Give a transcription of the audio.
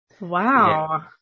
Wow